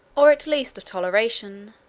or at least of toleration,